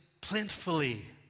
plentifully